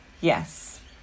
Yes